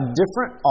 different